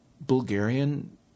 Bulgarian